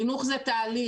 לחינוך זה תהליך,